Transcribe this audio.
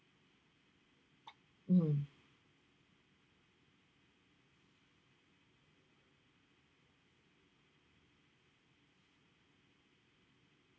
mm